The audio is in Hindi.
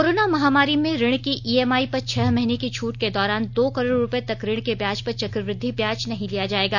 कोरोना महामारी में ऋण की ईएमआई पर छह महीने की छूट के दौरान दो करोड़ रुपये तक ऋण के ब्याज पर चक्रवृद्धि ब्याज नहीं लिया जाएगा